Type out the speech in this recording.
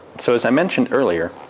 so as i mentioned earlier,